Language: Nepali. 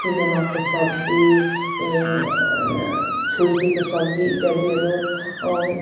किनामाको सब्जी छुर्पीको सब्जी इत्यादिहरू